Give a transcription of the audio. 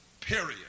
Period